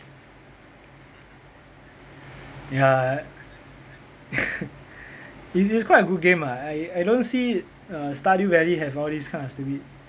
ya it's it's quite a good game ah I I don't see err stardew valley have all this kind of stupid